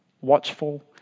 watchful